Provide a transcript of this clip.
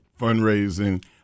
fundraising